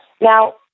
Now